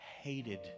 hated